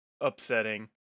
upsetting